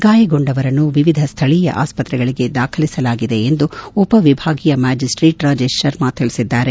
ಗಾಯಗೊಂಡವರನ್ನು ವಿವಿಧ ಸ್ಥಳೀಯ ಆಸ್ವತ್ರೆಗಳಿಗೆ ದಾಖಲಿಸಲಾಗಿದೆ ಎಂದು ಉಪವಿಭಾಗೀಯ ಮ್ಯಾಜಿಸ್ಟೇಟ್ ರಾಜೇಶ್ ಶರ್ಮಾ ತಿಳಿಸಿದ್ದಾರೆ